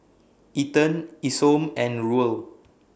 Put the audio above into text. Ethan Isom and Ruel